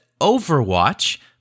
Overwatch